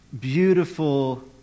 beautiful